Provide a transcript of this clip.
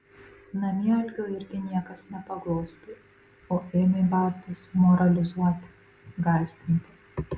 namie algio irgi niekas nepaglostė o ėmė bartis moralizuoti gąsdinti